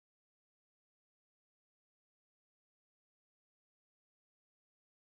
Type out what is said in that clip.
's just like oh my god the puay miao